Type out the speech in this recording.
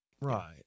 Right